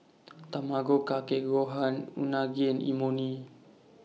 Tamago Kake Gohan Unagi and Imoni